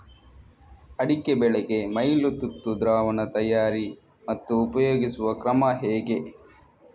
ಅಡಿಕೆ ಬೆಳೆಗೆ ಮೈಲುತುತ್ತು ದ್ರಾವಣ ತಯಾರಿ ಮತ್ತು ಉಪಯೋಗಿಸುವ ಕ್ರಮ ಹೇಗೆ?